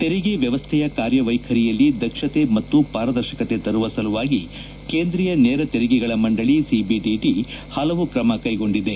ತೆರಿಗೆ ವ್ಯವಸ್ಥೆಯ ಕಾರ್ಕವೈಖರಿಯಲ್ಲಿ ದಕ್ಷತೆ ಮತ್ತು ಪಾರದರ್ಶಕತೆ ತರುವ ಸಲುವಾಗಿ ಕೇಂದ್ರೀಯ ನೇರ ತೆರಿಗೆಗಳ ಮಂಡಳಿ ಸಿಬಿಡಿಟ ಪಲವು ಕ್ರಮ ಕೈಗೊಂಡಿದೆ